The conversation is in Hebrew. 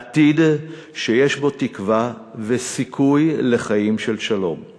עתיד שיש בו תקווה וסיכוי לחיים של שלום;